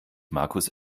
markus